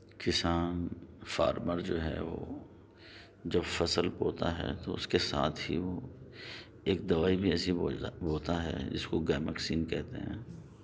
کسان فارمر جو ہے وہ جب فصل بوتا ہے تو اُس کے ساتھ ہی وہ ایک دوائی بھی ایسی بوتا ہے جس کو گیمکسین کہتے ہیں